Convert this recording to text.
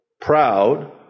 proud